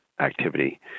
activity